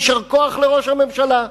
יישר כוח לראש הממשלה.